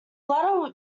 latter